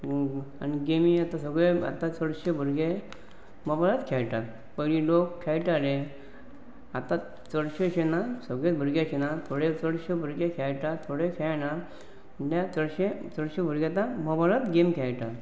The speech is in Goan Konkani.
आनी गेमी आतां सगळे आतां चडशे भुरगे मोबायलाच खेळटात पयलीं लोक खेळटाले आतां चडशे अशें ना सगळे भुरगे अशें ना थोडे चडशे भुरगे खेळटात थोडे खेळनात म्हळ्यार चडशे चडशे भुरगे आतां मोबायलाच गेम खेळटा